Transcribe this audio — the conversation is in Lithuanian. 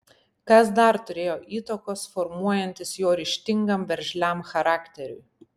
kas dar turėjo įtakos formuojantis jo ryžtingam veržliam charakteriui